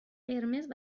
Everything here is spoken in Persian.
قرمز